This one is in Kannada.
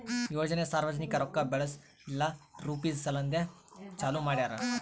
ಯೋಜನೆ ಸಾರ್ವಜನಿಕ ರೊಕ್ಕಾ ಬೆಳೆಸ್ ಇಲ್ಲಾ ರುಪೀಜ್ ಸಲೆಂದ್ ಚಾಲೂ ಮಾಡ್ಯಾರ್